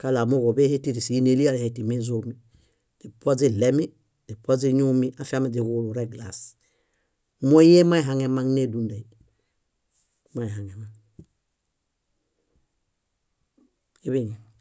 kaɭo amooġo óḃehe tíri si íi nélialehe tími ézomi. Źipuo źiɭemi, źipuo źiñumi afiami źiġulu eglas. Móo ii mehaŋemaŋ nédundai, móo ehaŋemaŋ.